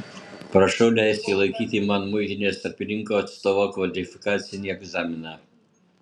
prašau leisti laikyti man muitinės tarpininko atstovo kvalifikacinį egzaminą